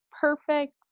perfect